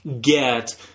get